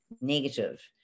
negative